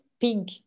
pink